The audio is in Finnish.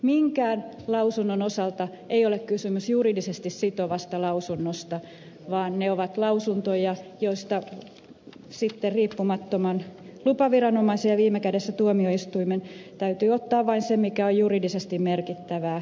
minkään lausunnon osalta ei ole kysymys juridisesti sitovasta lausunnosta vaan ne ovat lausuntoja joista sitten riippumattoman lupaviranomaisen ja viime kädessä tuomioistuimen täytyy ottaa vain se mikä on juridisesti merkittävää